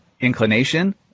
inclination